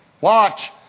watch